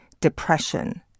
depression